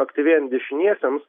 aktyvėjant dešiniesiems